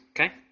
Okay